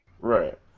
Right